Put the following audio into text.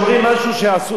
טוב שהם עשו פעם.